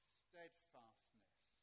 steadfastness